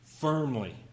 firmly